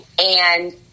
And-